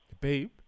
babe